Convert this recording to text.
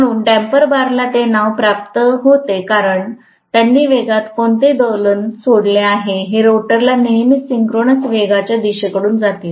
म्हणून डम्पर बारला ते नाव प्राप्त होते कारण त्यांनी वेगात कोणते दोलन सोडले आहे हे रोटरला नेहमीच सिंक्रोनस वेगाच्या दिशेकडून जातील